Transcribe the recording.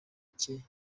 cye